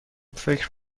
فکر